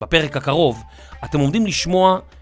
בפרק הקרוב, אתם עומדים לשמוע את הצליל